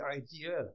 idea